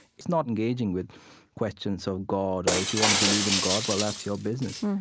it's not engaging with questions of god or if you want to believe in god, well, that's your business.